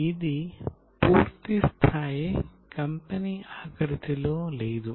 ఇది పూర్తి స్థాయి కంపెనీ ఆకృతిలో లేదు